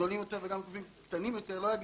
גדולים יותר וגם בגופים קטנים יותר שלא יגיד,